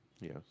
yes